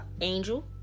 angel